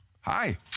Hi